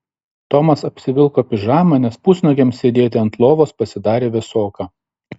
tomas apsivilko pižamą nes pusnuogiam sėdėti ant lovos pasidarė vėsoka